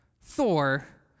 Thor